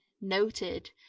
noted